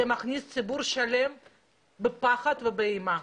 זה מכניס ציבור שלם לפחד ולאימה.